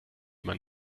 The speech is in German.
man